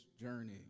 journey